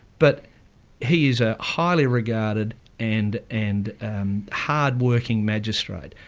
but he's a highly-regarded and and um hardworking magistrate,